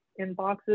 inboxes